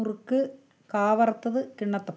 മുറുക്ക് കാ വറുത്തത് കിണ്ണത്തപ്പം